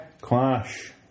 Clash